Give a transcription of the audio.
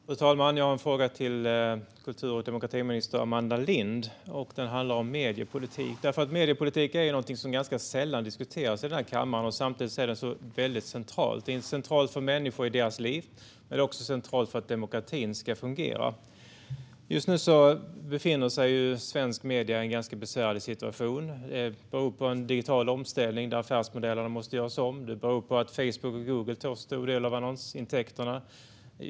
Fru talman! Jag har en fråga till kultur och demokratiminister Amanda Lind. Den handlar om mediepolitik. Mediepolitik är någonting som ganska sällan diskuteras i den här kammaren, samtidigt som den är väldigt central. Den är central för människor i deras liv, men den är också central för att demokratin ska fungera. Just nu befinner sig svenska medier i en ganska besvärlig situation. Det beror på en digital omställning där affärsmodellerna måste göras om. Det beror på att Facebook och Google tar en stor del av annonsintäkterna.